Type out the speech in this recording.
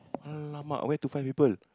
!alamak! where to find people